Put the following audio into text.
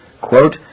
Quote